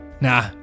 Nah